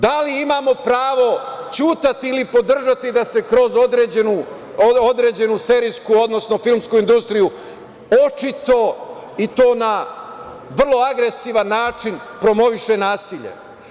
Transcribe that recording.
Da li imamo pravo ćutati ili podržati da se kroz određenu serijsku, odnosno, filmsku industriju, očito i to na vrlo agresivan način promovišemo nasilje?